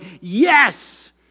Yes